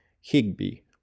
Higby